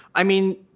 i mean,